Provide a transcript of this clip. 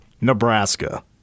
Nebraska